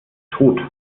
tot